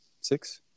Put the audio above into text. Six